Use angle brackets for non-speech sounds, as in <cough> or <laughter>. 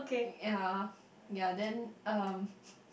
ya ya then um <breath>